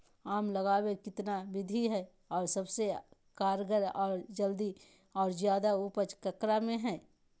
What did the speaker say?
आम लगावे कितना विधि है, और सबसे कारगर और जल्दी और ज्यादा उपज ककरा में है?